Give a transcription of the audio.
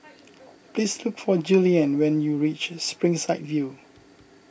please look for Julianne when you reach Springside View